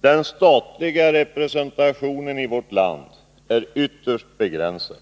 den statliga representationen i vårt land ytterst begränsad.